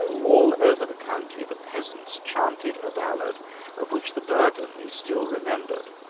all over the county the peasants chanted a ballad of which the burden is still remembered